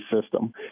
system